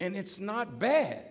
and it's not bad